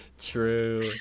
True